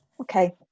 okay